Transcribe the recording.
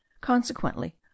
consequently